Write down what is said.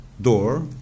Door